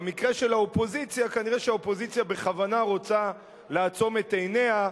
במקרה של האופוזיציה כנראה האופוזיציה בכוונה רוצה לעצום את עיניה,